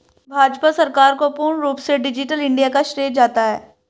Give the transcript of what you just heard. भाजपा सरकार को पूर्ण रूप से डिजिटल इन्डिया का श्रेय जाता है